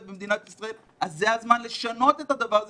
במדינת ישראל אז זה הזמן לשנות את הדבר הזה.